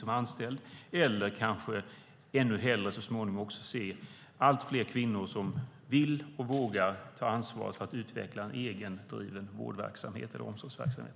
Så småningom hoppas jag få se allt fler kvinnor som vill och vågar ta ansvar för att utveckla en egendriven vård eller omsorgsverksamhet.